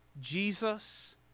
Jesus